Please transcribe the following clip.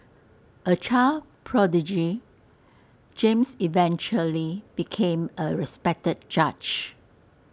A child prodigy James eventually became A respected judge